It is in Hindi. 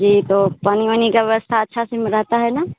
जी तो पानी वानी की व्यवस्था अच्छे से रहती है ना